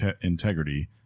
integrity